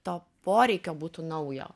to poreikio būtų naujo